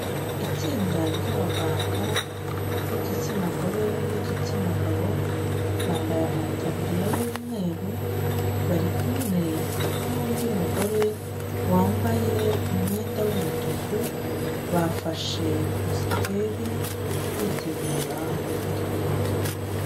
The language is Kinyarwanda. Itsinda ry'abaganga b'igitsina gore ni igitsina gabo, bambaye amatabuririya y'umweru, bari kumwe n'undi mugore wambaye umwenda w'umutuku, bafashe positeri bitegura gufatwa ifoto.